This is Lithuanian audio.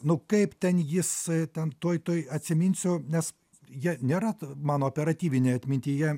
nu kaip ten jis ten tuoj tuoj atsiminsiu nes jie nėra mano operatyvinėje atmintyje